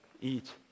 eat